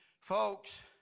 folks